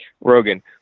Rogan